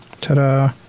Ta-da